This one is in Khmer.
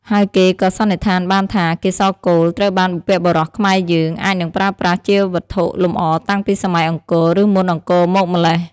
ហើយគេក៏សន្និដ្ឋានបានថា កេសរកូល ត្រូវបានបុព្វបុរសខ្មែរយើង អាចនឹងប្រើប្រាស់ជាវត្ថុលម្អតាំងពីសម័យអង្គរ ឬមុនអង្គរមកម៉្លេះ។